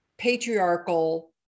patriarchal